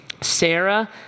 Sarah